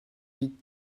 vite